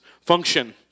function